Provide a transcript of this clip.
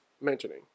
mentioning